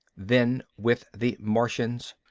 then with the martians,